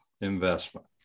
investment